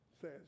says